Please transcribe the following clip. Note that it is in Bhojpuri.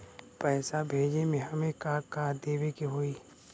पैसा भेजे में हमे का का देवे के होई?